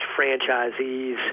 franchisees